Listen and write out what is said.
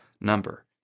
number